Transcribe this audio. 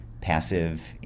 passive